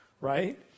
right